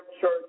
Church